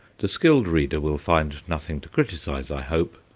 the skilled reader will find nothing to criticize, i hope,